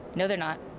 no they're not.